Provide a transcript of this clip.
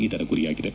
ಇದರ ಗುರಿಯಾಗಿದೆ